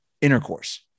intercourse